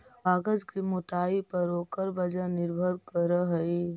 कागज के मोटाई पर ओकर वजन निर्भर करऽ हई